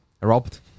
robbed